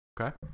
Okay